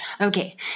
Okay